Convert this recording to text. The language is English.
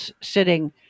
sitting